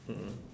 mm mm